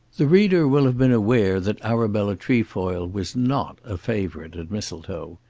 the reader will have been aware that arabella trefoil was not a favourite at mistletoe.